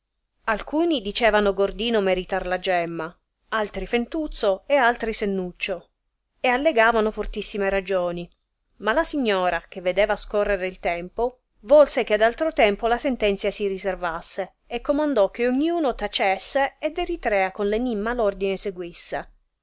alcuni dicevano gordino meritar la gemma altri fentuzzo e altri sennuccio e allegavano fortissime ragioni ma la signora che vedeva scorrere il tempo volse che ad altro tempo la sentenzia si riservasse e comandò che ogniuno tacesse ed eritrea con l enimma l ordine seguisse